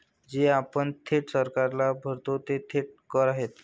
जे आपण थेट सरकारला भरतो ते थेट कर आहेत